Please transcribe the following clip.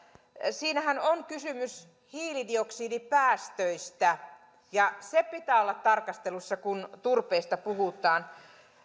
siinähän on kysymys hiilidioksidipäästöistä ja niiden pitää olla tarkastelussa kun turpeesta puhutaan